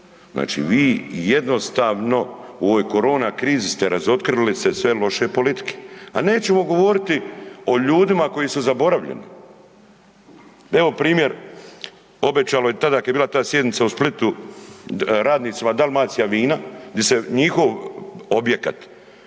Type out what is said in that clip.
Znači vi jednostavno u ovoj korona krizi ste razotkrili sve loše politike. Nećemo govoriti o ljudima koji su zaboravljeni. Evo primjer, obećalo je tada kada je bila ta sjednica u Splitu radnicima Dalmacijavina gdje njihov objekat